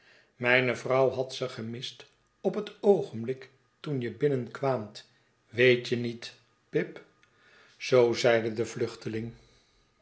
mijne vrouw had ze gemist op het oogenblik toen je binnenkwaamt weet je niet pip zoo zeide de vluchteling